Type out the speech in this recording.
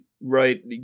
right